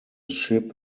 ship